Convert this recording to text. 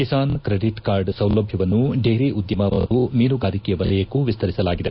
Kisan credit card ಸೌಲಭ್ಯವನ್ನು dairy ಉದ್ಯಮ ಮತ್ತು ಮೀನುಗಾರಿಕೆ ವಲಯಕ್ಕೂ ವಿಸ್ತರಿಸಲಾಗಿದೆ